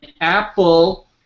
apple